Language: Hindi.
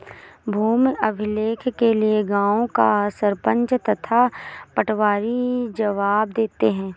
भूमि अभिलेख के लिए गांव का सरपंच तथा पटवारी जवाब देते हैं